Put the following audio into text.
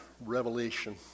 revelation